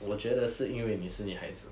我觉得是因为你是女孩子